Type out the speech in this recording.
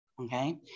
Okay